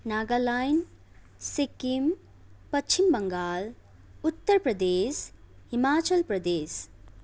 Nagaland Sikkim Paschim Bangal Uttar Pradesh Himachal Pradesh